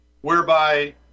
whereby